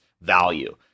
value